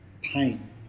pain